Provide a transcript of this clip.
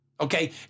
okay